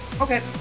Okay